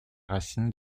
racines